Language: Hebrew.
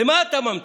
למה אתה ממתין,